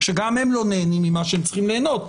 שגם הם לא נהנים ממה שהם צריכים להנות.